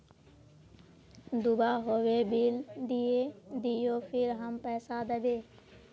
दूबा होबे बिल दियो फिर हम पैसा देबे?